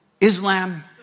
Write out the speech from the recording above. Islam